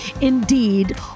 indeed